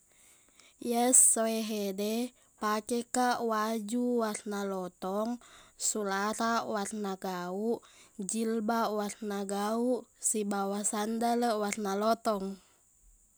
Iya esso e hede pakekaq waju warna lotong sularaq warna gauq jilbaq warna gauq sibawa sandala warna lotong